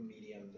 medium